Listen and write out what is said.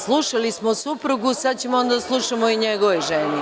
Slušali smo o suprugu, sad ćemo onda da slušamo i o njegovoj ženi.